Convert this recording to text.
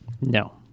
No